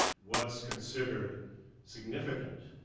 what's considered significant,